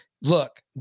Look